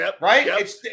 Right